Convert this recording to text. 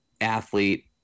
athlete